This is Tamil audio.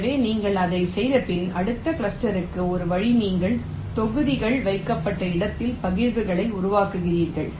எனவே நீங்கள் இதைச் செய்தபின் அடுத்த கிளஸ்டருக்கு இந்த வழியில் நீங்கள் தொகுதிகள் வைக்கப்பட்ட இடத்தில் பகிர்வுகளை உருவாக்குகிறீர்கள்